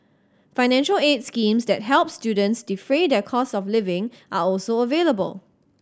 financial aid schemes that help students defray their costs of living are also available